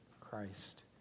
Christ